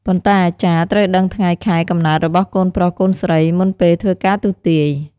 ប៉ុន្តែអាចារ្យត្រូវដឺងថ្ងែ ខែ កំណើត របស់កូនប្រុសកូនស្រីមុនពេលធ្វើការទស្សន៍ទាយ។